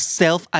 self